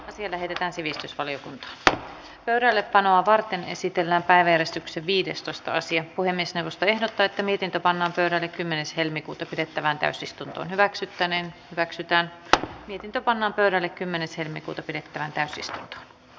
tiedän että sivistysvaliokunta pöydällepanoa varten esitellään päiväjärjestyksen viidestoista sija puhemiesneuvosto ehdottaa että mitenkä panna pöydälle kymmenes helmikuuta pidettävään täysistunto hyväksyttäneen hyväksytään piti tapanaan pyöräili kymmenes helmikuuta pidettävään päässyt